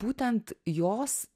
būtent jos